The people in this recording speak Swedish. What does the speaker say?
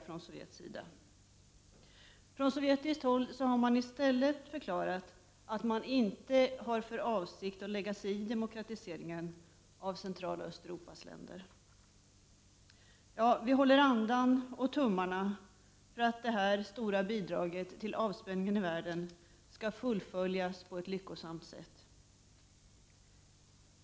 Från sovjetiskt håll har man i stället förklarat att man inte har för avsikt att lägga sig i demokratiseringen av Centraloch Östeuropas länder. Vi håller andan, och vi håller tummarna för att det här stora bidraget till avspänning i världen skall fullföljas på ett lyckosamt sätt.